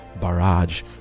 barrage